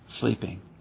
sleeping